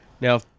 Now